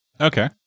okay